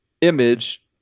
image –